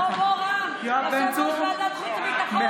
בוא, בוא, רם, יושב-ראש ועדת חוץ וביטחון,